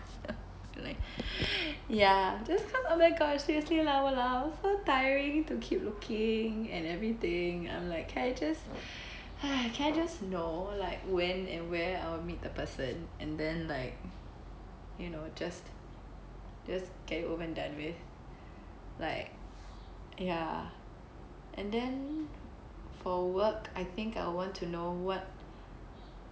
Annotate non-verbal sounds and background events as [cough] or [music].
ya just cause oh my god seriously lah !walao! so tiring to keep looking and everything and I'm like can I just [noise] can I just know like when and where I will meet the person and then like you know just just get over and done with like ya and then for work I think I want to know what